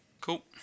Cool